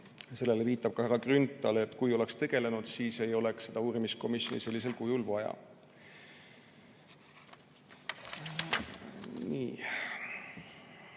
Sellele viitas ka härra Grünthal, et kui oleks tegelenud, siis ei oleks seda uurimiskomisjoni sellisel kujul vaja. Nii.